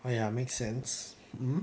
ah ya make sense hmm